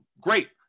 Great